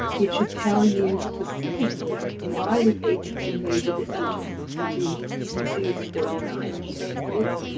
it should tell you specifically why the agency made the decision to reduce or deny services.